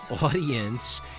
audience